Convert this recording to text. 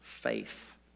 Faith